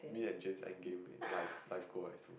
me and James end game in life life goal as so